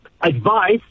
advice